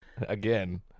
Again